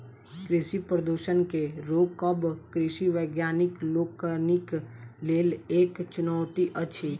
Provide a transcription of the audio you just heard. कृषि प्रदूषण के रोकब कृषि वैज्ञानिक लोकनिक लेल एक चुनौती अछि